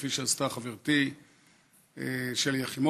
כפי שעשתה חברתי שלי יחימוביץ,